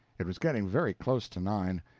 it was getting very close to nine.